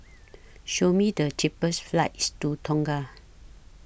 Show Me The cheapest flights to Tonga